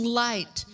light